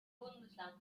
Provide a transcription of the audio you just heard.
bundesland